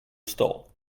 stall